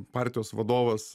partijos vadovas